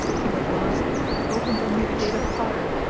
till at last he opened on me the gate of fire,